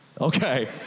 Okay